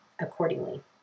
accordingly